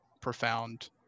profound